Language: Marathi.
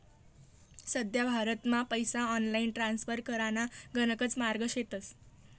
सध्या भारतमा पैसा ऑनलाईन ट्रान्स्फर कराना गणकच मार्गे शेतस